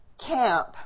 camp